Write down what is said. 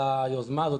על היוזמה הזאת,